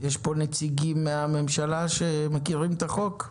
יש פה נציגים מהממשלה שמכירים את החוק?